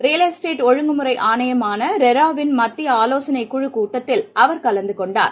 real estate ஒழுங்குமுறை ஆணையமான ரெராவின் மத்திய ஆலோசனைக் குழுக் கூட்டத்தில் அவர் கலந்து கொண்டார்